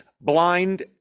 blind